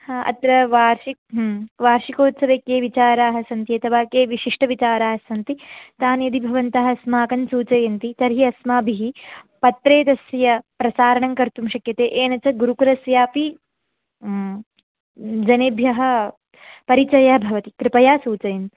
अत्र वार्षिक वार्षिकोत्सवे के विचाराः सन्ति अथवा के विशिष्टविचाराः सन्ति तान् यदि भवन्तः अस्माकं सूचयन्ति तर्हि अस्माभिः पत्रे तस्य प्रसारणं कर्तुं शक्यते येन च गुरुकुलस्यापि जनेभ्यः परिचयः भवति कृपया सूचयन्तु